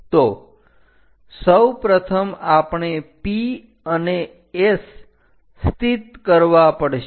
તો સૌપ્રથમ આપણે P અને S સ્થિત કરવા પડશે